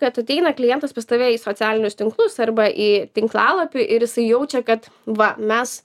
kad ateina klientas pas tave į socialinius tinklus arba į tinklalapį ir jisai jaučia kad va mes